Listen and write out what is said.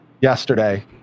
yesterday